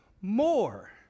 more